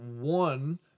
one